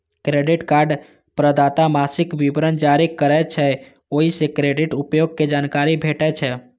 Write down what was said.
credit card प्रदाता मासिक विवरण जारी करै छै, ओइ सं क्रेडिट उपयोग के जानकारी भेटै छै